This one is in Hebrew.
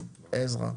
עזרא.